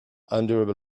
endurable